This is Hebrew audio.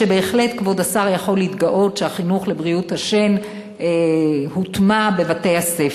וכבוד השר בהחלט יכול להתגאות בכך שהחינוך לבריאות השן הוטמע בבתי-הספר.